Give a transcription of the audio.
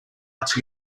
arts